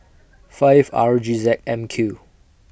five R G Z M Q